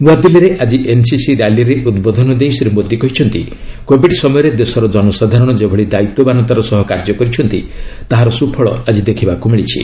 ନୁଆଦିଲ୍ଲୀରେ ଆଜି ଏନ୍ସିସି ର୍ୟାଲିରେ ଉଦ୍ବୋଧନ ଦେଇ ଶ୍ରୀ ମୋଦି କହିଛନ୍ତି କୋବିଡ୍ ସମୟରେ ଦେଶର ଜନସାଧାରଣ ଯେଭଳି ଦାୟିତ୍ୱବାନତାର ସହ କାର୍ଯ୍ୟ କରିଛନ୍ତି ତାହାର ସୁଫଳ ଆଜି ଦେଖିବାକୁ ମିଳିଛି